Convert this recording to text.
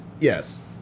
Yes